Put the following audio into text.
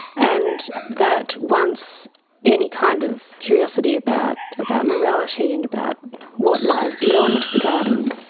and that once any kind of curiosity about about morality and about what lies beyond the garden,